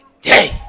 day